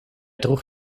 droeg